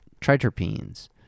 triterpenes